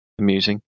amusing